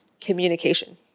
communication